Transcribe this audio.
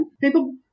people